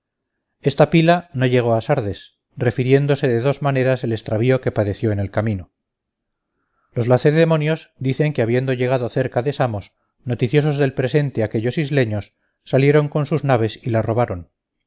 esta pila no llegó a sardes refiriéndose de dos maneras el extravío que padeció en el camino los lacedemonios dicen que habiendo llegado cerca de samos noticiosos del presente aquellos isleños salieron con sus naves y la robaron